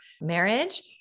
marriage